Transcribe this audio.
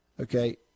Okay